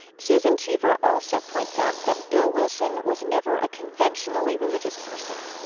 susan cheever also points out that bill wilson was never a conventionally religious person.